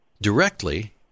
directly